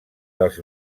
dels